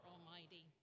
Almighty